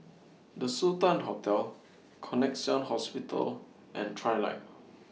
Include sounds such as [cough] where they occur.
[noise] The Sultan Hotel Connexion Hospital and Trilight